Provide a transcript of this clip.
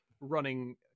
running